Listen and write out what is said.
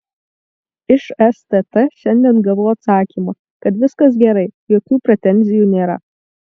iš stt šiandien gavau atsakymą kad viskas gerai jokių pretenzijų nėra